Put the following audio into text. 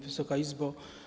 Wysoka Izbo!